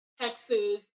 Texas